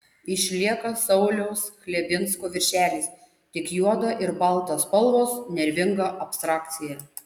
išlieka sauliaus chlebinsko viršelis tik juoda ir balta spalvos nervinga abstrakcija